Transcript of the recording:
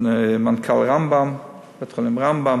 מנכ"ל בית-החולים רמב"ם,